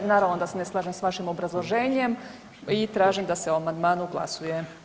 Naravno da se ne slažem s vašim obrazloženjem i tražim da se o amandmanu glasuje.